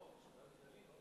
לא, משבר כללי,